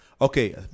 Okay